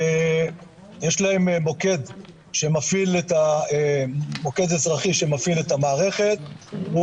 יש להם מוקד אזרחי שמפעיל את המערכת והוא